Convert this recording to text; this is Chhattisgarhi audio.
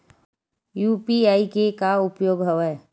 यू.पी.आई के का उपयोग हवय?